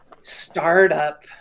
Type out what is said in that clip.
startup